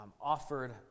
offered